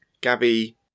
Gabby